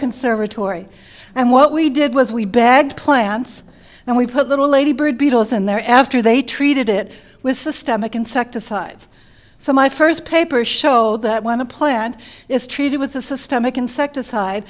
conservatory and what we did was we bagged plants and we put little ladybird beetles in there after they treated it with systemic insecticides so my first paper show that when a plant is treated with a systemic insecticide